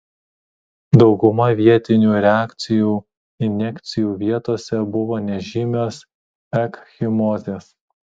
dauguma vietinių reakcijų injekcijų vietose buvo nežymios ekchimozės